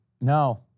No